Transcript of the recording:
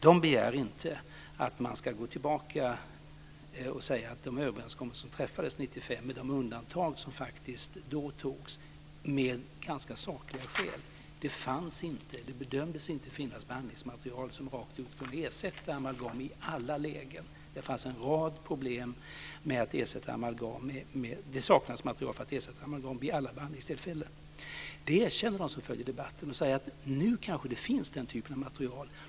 De begär inte något angående de överenskommelser som träffades 1995 med de undantag som faktiskt antogs med sakliga skäl. Det bedömdes inte finnas behandlingsmaterial som rakt upp och ned kunde ersätta amalgam i alla lägen. Det fanns en rad problem med att ersätta amalgam, dvs. det saknades material att ersätta amalgam vid alla behandlingstillfällen. Detta erkänner de som följer debatten. De säger att den typen av material kanske finns nu.